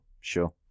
sure